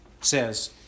says